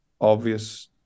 obvious